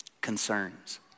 concerns